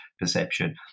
perception